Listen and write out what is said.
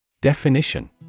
Definition